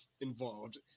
involved